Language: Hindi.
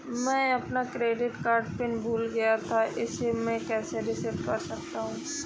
मैं अपना क्रेडिट कार्ड पिन भूल गया था मैं इसे कैसे रीसेट कर सकता हूँ?